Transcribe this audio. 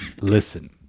listen